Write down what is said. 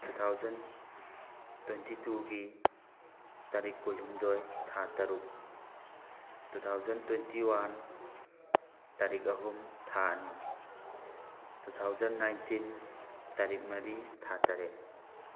two thousand twenty ꯇꯨꯒꯤ ꯇꯥꯔꯤꯛ ꯀꯨꯜꯍꯨꯝꯗꯣꯏ ꯊꯥ ꯇꯔꯨꯛ ꯇꯨ ꯊꯥꯎꯖꯟ ꯇ꯭ꯋꯦꯟꯇꯤ ꯋꯥꯟ ꯇꯔꯤꯛ ꯑꯍꯨꯝ ꯊꯥ ꯑꯅꯤ ꯇꯨ ꯊꯥꯎꯖꯟ ꯅꯥꯏꯟꯇꯤꯟ ꯇꯔꯤꯛ ꯃꯔꯤ ꯊꯥ ꯇꯔꯦꯠ